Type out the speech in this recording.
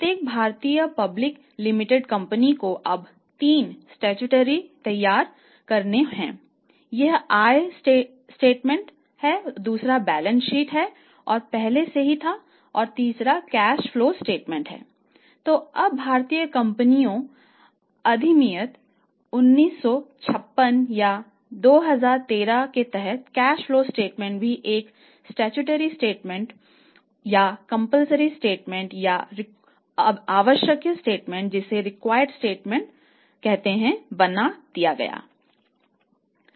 प्रत्येक भारतीय public limited company को अब 3 स्टैचूटोरी स्टेटमेंट बन गया है